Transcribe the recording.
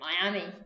Miami